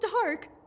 dark